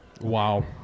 Wow